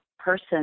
person